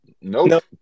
nope